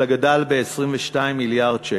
אלא גדל ב-22 מיליארד שקל.